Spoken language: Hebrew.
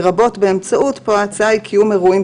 לרבות באמצעות קיום אירועים,